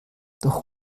doch